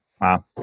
Wow